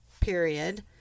period